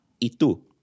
Itu